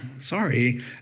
sorry